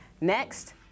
Next